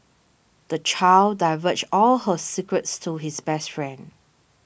the child diverged all her secrets to his best friend